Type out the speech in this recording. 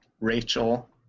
Rachel